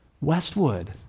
westwood